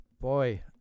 Boy